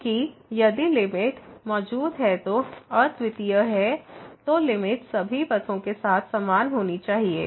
चूंकि यदि लिमिट मौजूद है तो अद्वितीय है तो लिमिट सभी पथों के साथ समान होनी चाहिए